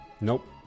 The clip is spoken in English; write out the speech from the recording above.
Nope